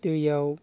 दैयाव